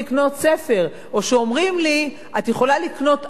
או שאומרים לי: את יכולה לקנות ארבע במאה.